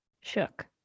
Shook